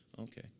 Okay